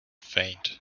faint